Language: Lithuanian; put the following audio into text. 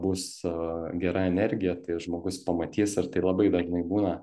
bus gera energija tai žmogus pamatys ir tai labai dažnai būna